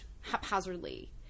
haphazardly